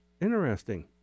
Interesting